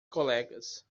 colegas